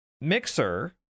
Mixer